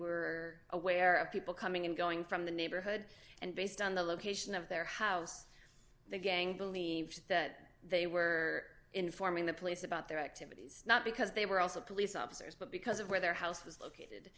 were aware of people coming and going from the neighborhood and based on the location of their house the gang believed that they were informing the police about their activities not because they were also police officers but because of where their house was located